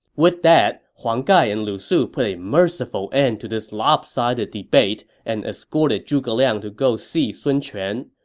with that, huang gai and lu su put a merciful end to this lopsided debate and escorted zhuge liang to go see sun quan.